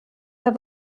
der